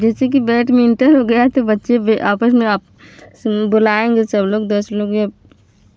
जैसे कि बैडमिंटन हो गया तो बच्चे भी आपस में आप बोलाएँगे सब लोग तो उसमें भी